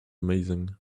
amazing